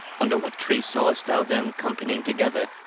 under what tree sawest thou them companying together?